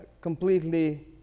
completely